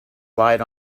lied